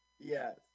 Yes